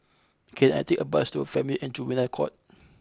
can I take a bus to a Family and Juvenile Court